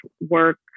work